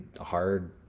hard